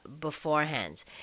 beforehand